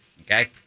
Okay